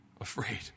afraid